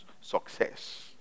success